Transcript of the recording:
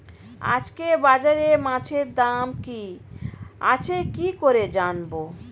আজকে বাজারে মাছের দাম কি আছে কি করে জানবো?